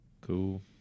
Cool